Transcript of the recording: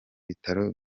bitaro